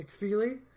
McFeely